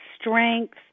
strength